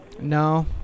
no